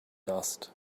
dust